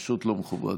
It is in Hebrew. פשוט לא מכובד.